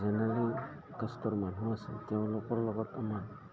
general কাষ্টৰ মানুহ আছে তেওঁলোকৰ লগত আমাৰ